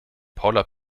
paula